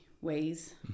ways